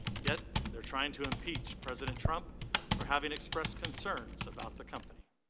yet they are trying to impeach president trump for having expressed concerns about the company.